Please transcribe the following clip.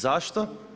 Zašto?